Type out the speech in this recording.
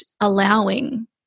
allowing